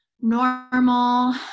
normal